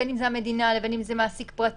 בין אם זה המדינה ובין אם זה מעסיק פרטי,